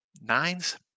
Nines